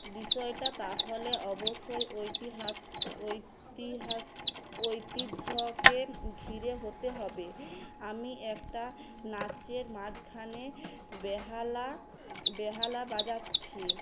বিষয়টা তাহলে অবশ্যই ইতিহাস ঐতিহাসিক ঐতিহ্যকে ঘিরে হতে হবে আমি একটা নাচের মাঝখানে বেহালা বেহালা বাজাচ্ছি